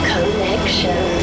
Connection